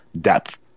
depth